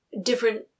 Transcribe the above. different